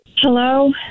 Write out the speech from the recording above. Hello